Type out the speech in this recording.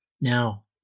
now